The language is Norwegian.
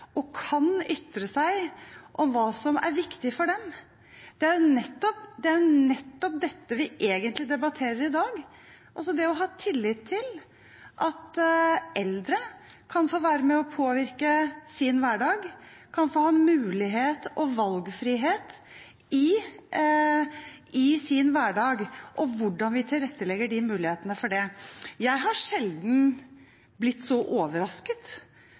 og kan ytre seg om hva som er viktig for dem. Det er nettopp dette vi egentlig debatterer i dag: det å ha tillit til at eldre kan få være med og påvirke sin hverdag, kan ha valgfrihet i sin hverdag og hvordan vi tilrettelegger mulighetene for det. Jeg har sjelden blitt så overrasket